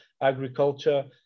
agriculture